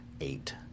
eight